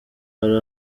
hari